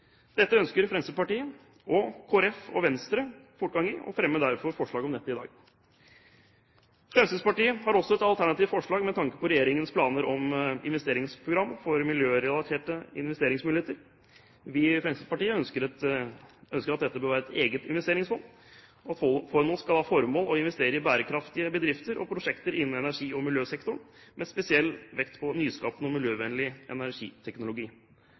Dette ønsker Fremskrittspartiet, Kristelig Folkeparti og Venstre å få en fortgang i, og vi fremmer derfor forslag om dette i dag. Fremskrittspartiet har også et alternativt forslag med tanke på regjeringens planer om et investeringsprogram for miljørelaterte investeringsmuligheter. Vi i Fremskrittspartiet ønsker at dette skal være et eget investeringsfond. Fondet skal ha som formål å investere i bærekraftige bedrifter og prosjekter innenfor energi- og miljøsektoren, med spesiell vekt på nyskapende og miljøvennlig energiteknologi.